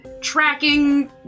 tracking